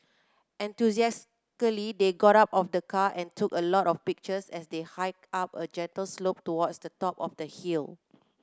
enthusiastically they got out of the car and took a lot of pictures as they hiked up a gentle slope towards the top of the hill